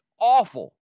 awful